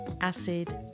acid